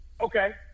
okay